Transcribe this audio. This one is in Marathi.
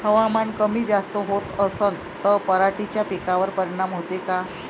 हवामान कमी जास्त होत असन त पराटीच्या पिकावर परिनाम होते का?